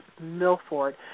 Milford